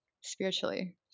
spiritually